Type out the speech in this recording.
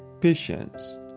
patience